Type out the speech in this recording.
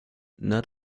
not